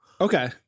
Okay